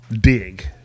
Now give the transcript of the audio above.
Dig